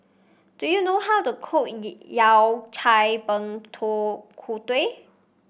do you know how to cook Yao Cai kut